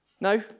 No